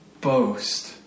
boast